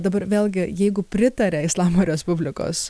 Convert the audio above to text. dabar vėlgi jeigu pritaria islamo respublikos